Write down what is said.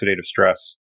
stress